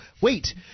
Wait